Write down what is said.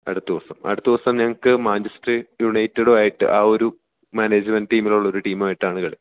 അടുത്ത ദിവസം അടുത്ത ദിവസം ഞങ്ങൾക്ക് മാജിസ്റ്ററി യുണൈറ്റഡുമായിട്ട് ആ ഒരു മാനേജ്മെൻറ്റ് ടീമിലുള്ള ഒരു ടീമുമായിട്ടാണ് കളി